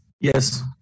Yes